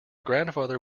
grandfather